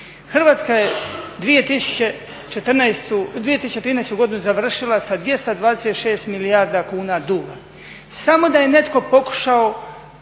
Hrvatska je 2013. godinu završila sa 226 milijarda kuna duga. Samo da je netko pokušao